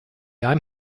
i’m